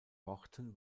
worten